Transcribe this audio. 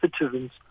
citizens